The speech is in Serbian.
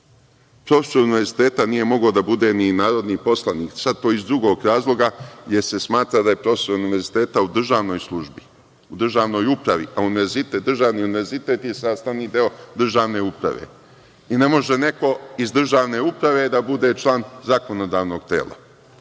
Profesor univerziteta nije mogao da bude ni narodni poslanik, sada iz drugog razloga, jer se smatra da je profesor univerziteta u državnoj službi, u državnoj upravi, a državni univerzitet je sastavni deo državne uprave i ne može neko iz državne uprave da bude član zakonodavnog tela.